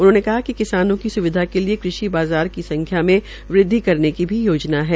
उन्होंने कहा कि किसानों की सुविधा के लिए कृषि बाज़ार की संख्या में वृद्वि करने की भी योजना है